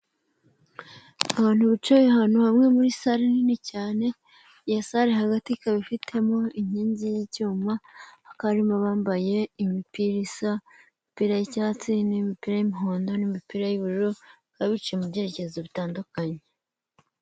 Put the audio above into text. Abantu bicaye ahantu hamwe muri sare nini cyane, iyo sare hagati ikaba ifitemo inkingi y'icyuma, hakaba harimo abambaye imipira asa imipira y'icyatsi, n'imipira y'umuhondo, n'imipira y'ubururu, bakaba bicaye mu byerekezo bitandukanye.